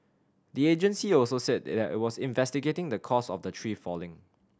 the agency also said it was investigating the cause of the tree falling